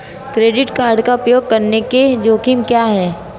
Credit card का उपयोग करने के जोखिम क्या हैं?